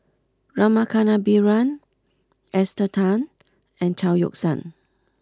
Rama Kannabiran Esther Tan and Chao Yoke San